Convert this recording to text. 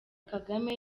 kagame